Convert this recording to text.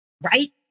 right